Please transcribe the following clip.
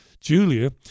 Julia